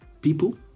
people